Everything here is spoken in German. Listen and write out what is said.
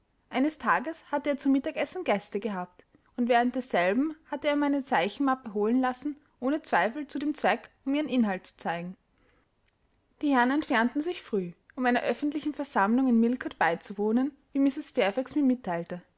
eines tages hatte er zum mittagsessen gäste gehabt und während desselben hatte er meine zeichenmappe holen lassen ohne zweifel zu dem zweck um ihren inhalt zu zeigen die herren entfernten sich früh um einer öffentlichen versammlung in millcote beizuwohnen wie mrs fairfax mir mitteilte